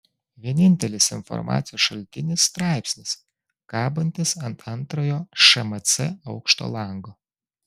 vienintelis informacijos šaltinis straipsnis kabantis ant antrojo šmc aukšto lango